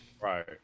Right